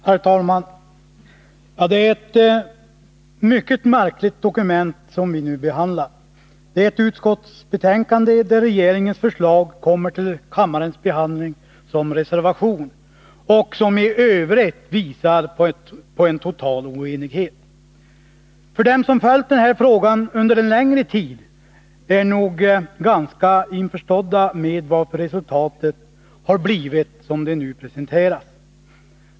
Herr talman! Det är ett mycket märkligt dokument vi nu behandlar: ett utskottsbetänkande där regeringens förslag kommer till kammarens behandling som reservation och som i övrigt visar på en total oenighet. De som följt den här frågan under en längre tid är nog ganska införstådda med varför resultatet har blivit det som nu presenteras.